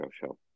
Show